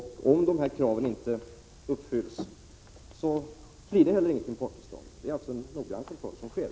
Om dessa krav inte uppfylls, blir det heller inget importtillstånd. Det är således en noggrann kontroll som sker.